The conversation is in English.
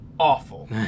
Awful